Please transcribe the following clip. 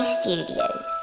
Studios